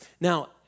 Now